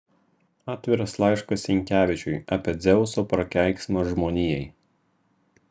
atviras laiškas sinkevičiui apie dzeuso prakeiksmą žmonijai